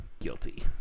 Guilty